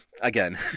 Again